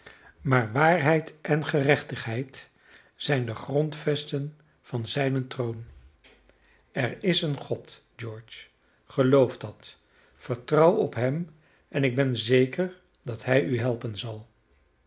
maar waarheid en gerechtigheid zijn de grondvesten van zijnen troon er is een god george geloof dat vertrouw op hem en ik ben zeker dat hij u helpen zal